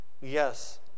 Yes